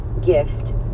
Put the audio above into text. gift